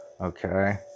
okay